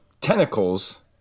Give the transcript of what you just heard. tentacles